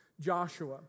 Joshua